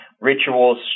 rituals